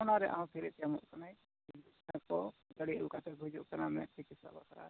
ᱚᱱᱟ ᱨᱮᱭᱟᱜ ᱦᱚᱸ ᱯᱷᱤᱨᱤ ᱛᱮ ᱮᱢᱚᱜ ᱠᱟᱱᱟᱭ ᱡᱟᱦᱟᱸᱭ ᱠᱚ ᱜᱟᱹᱰᱤ ᱟᱹᱜᱩ ᱠᱟᱛᱮᱫ ᱠᱚ ᱦᱤᱡᱩᱜ ᱠᱟᱱᱟ ᱢᱮᱫ ᱪᱤᱠᱤᱛᱥᱟ ᱵᱟᱠᱷᱨᱟ